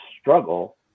struggle